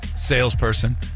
salesperson